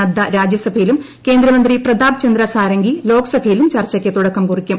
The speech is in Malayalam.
നഡ്ഡ രാജ്യസഭയിലും കേന്ദ്രമന്ത്രി പ്രതാപ് ചന്ദ്ര സാരാംഗി ലോക്സഭയിലും ചർച്ചയ്ക്ക് തുടക്കം കുറിക്കും